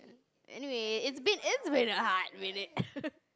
anyway it's been it's been a hot minute